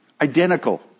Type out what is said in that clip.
Identical